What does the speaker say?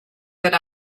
that